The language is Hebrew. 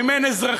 ואם אין אזרחים,